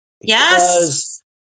Yes